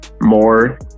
more